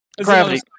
gravity